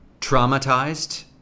traumatized